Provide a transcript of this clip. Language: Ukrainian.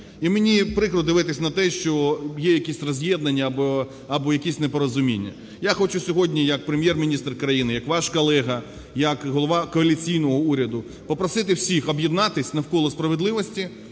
І мені прикро дивитись на те, що є якісь роз'єднання або якісь непорозуміння. Я хочу сьогодні як Прем'єр-міністр країни, як ваш колега, як голова коаліційного уряду попросити всіх об'єднатись навколо справедливості,